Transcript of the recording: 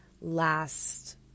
last